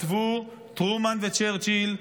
כתבו טרומן וצ'רצ'יל,